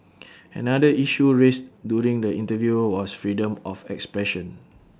another issue raised during the interview was freedom of expression